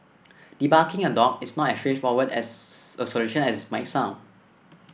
debarking a dog is not as straightforward as a solution as it might sound